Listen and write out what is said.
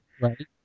Right